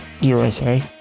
USA